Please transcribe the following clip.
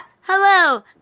Hello